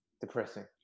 depressing